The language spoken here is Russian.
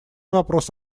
вопрос